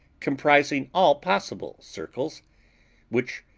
comprising all possible circles which,